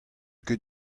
ket